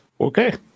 Okay